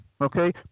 okay